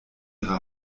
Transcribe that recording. ihre